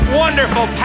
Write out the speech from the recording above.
wonderful